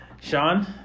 Sean